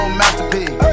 masterpiece